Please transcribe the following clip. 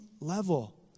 level